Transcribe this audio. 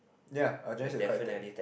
ya our generation is quite high tech